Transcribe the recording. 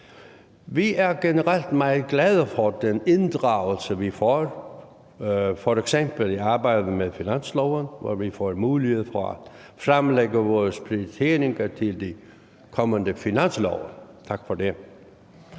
Vi er generelt meget glade for den inddragelse, vi får, f.eks. i arbejdet med finansloven, hvor vi får mulighed for at fremlægge vores prioriteringer til de kommende finanslove. Tak for det.